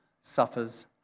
suffers